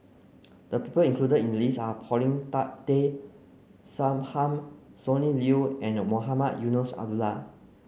the people included in the list are Paulin Tak Tay Straughan Sonny Liew and Mohamed Eunos Abdullah